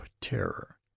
terror